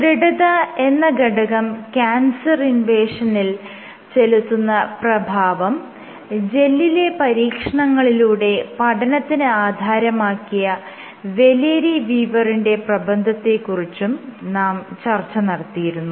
ദൃഢത എന്ന ഘടകം ക്യാൻസർ ഇൻവേഷനിൽ ചെലുത്തുന്ന പ്രഭാവം ജെല്ലിലെ പരീക്ഷണങ്ങളിലൂടെ പഠനത്തിന് ആധാരമാക്കിയ വലേരി വീവറിന്റെ പ്രബന്ധത്തെ കുറിച്ചും നാം ചർച്ച നടത്തിയിരുന്നു